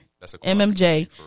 MMJ